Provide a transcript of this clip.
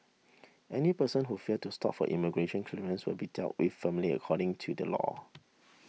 any person who fails to stop for immigration clearance will be dealt with firmly according to the law